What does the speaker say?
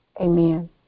amen